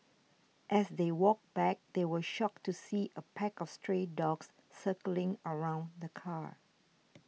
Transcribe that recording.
as they walked back they were shocked to see a pack of stray dogs circling around the car